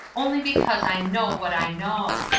only because i know what i know.